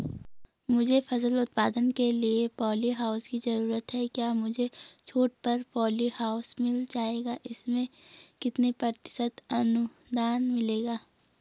मुझे फसल उत्पादन के लिए प ॉलीहाउस की जरूरत है क्या मुझे छूट पर पॉलीहाउस मिल जाएगा इसमें कितने प्रतिशत अनुदान मिलेगा?